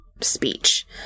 speech